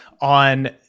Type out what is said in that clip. on